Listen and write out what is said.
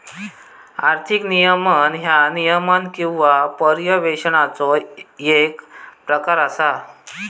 आर्थिक नियमन ह्या नियमन किंवा पर्यवेक्षणाचो येक प्रकार असा